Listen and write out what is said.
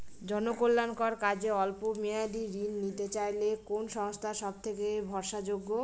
জনকল্যাণকর কাজে অল্প মেয়াদী ঋণ নিতে চাইলে কোন সংস্থা সবথেকে ভরসাযোগ্য?